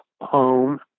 home